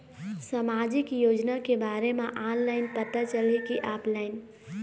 सामाजिक योजना के बारे मा ऑनलाइन पता चलही की ऑफलाइन?